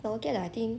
well okay lah I think